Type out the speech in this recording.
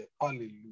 Hallelujah